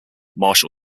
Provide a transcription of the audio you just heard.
marshal